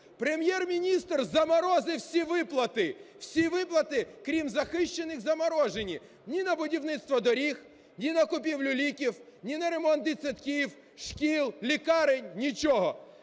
Прем’єр-міністр заморозив усі виплати – всі виплати, крім захищених, заморожені. Ні на будівництво доріг, ні на купівлю ліків, ні на ремонт дитсадків, шкіл, лікарень – нічого.